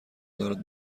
دارد